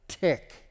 tick